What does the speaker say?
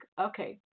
okay